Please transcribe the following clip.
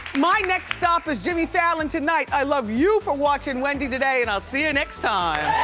my next stop is jimmy fallon tonight. i love you for watching wendy today and i'll see you next time.